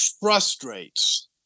frustrates